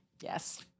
Yes